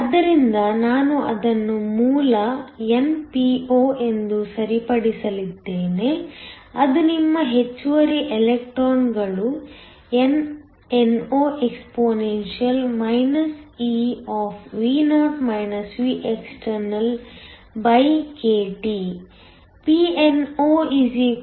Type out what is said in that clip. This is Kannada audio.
ಆದ್ದರಿಂದ ನಾನು ಅದನ್ನು ಮೂಲ np0 ಎಂದು ಸರಿಪಡಿಸಲಿದ್ದೇನೆ ಅದು ನಿಮ್ಮ ಹೆಚ್ಚುವರಿ ಎಲೆಕ್ಟ್ರಾನ್ಗಳು nno exp ekT